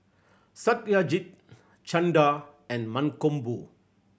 Satyajit Chanda and Mankombu